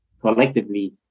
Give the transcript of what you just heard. collectively